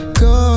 go